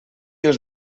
els